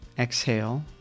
Exhale